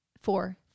Four